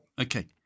Okay